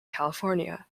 california